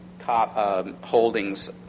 holdings